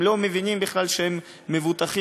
הם לא מבינים בכלל שהם מבוטחים,